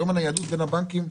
היום הניידות בין הבנקים,